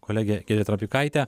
kolegė giedrė trapikaitė